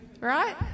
Right